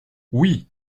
oui